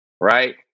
right